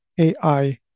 AI